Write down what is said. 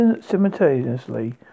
simultaneously